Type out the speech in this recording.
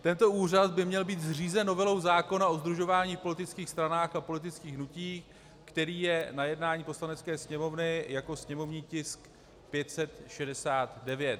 Tento úřad by měl být zřízen novelou zákona o sdružování v politických stranách a politických hnutích, který je na jednání Poslanecké sněmovny jako sněmovní tisk 569.